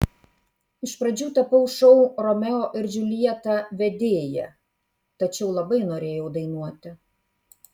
iš pradžių tapau šou romeo ir džiuljeta vedėja tačiau labai norėjau dainuoti